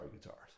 guitars